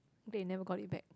glad you never got it back